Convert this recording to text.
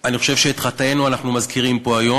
אני חושב שאת חטאינו אנחנו מזכירים פה היום,